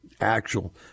Actual